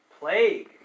Plague